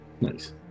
Nice